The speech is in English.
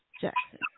Jackson